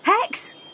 Hex